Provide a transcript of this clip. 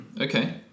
Okay